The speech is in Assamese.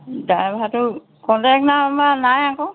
ড্ৰাইভাৰটোৰ কণ্টেক্ট নাম্বাৰ নাই আকৌ